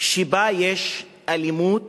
שבה יש אלימות